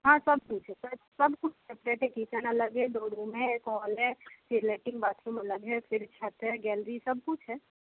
हाँ सब कुछ है सब कुछ ठीक है जैसे किचन अलग है दो रूम हैं एक हॉल है यह लेट्रिन बाथरूम अलग है फिर छत है गैलरी सब कुछ है